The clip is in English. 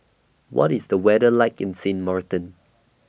What IS The weather like in Sint Maarten